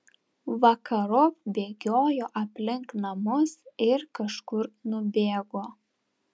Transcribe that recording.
vakarop bėgiojo aplink namus ir kažkur nubėgo